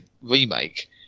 remake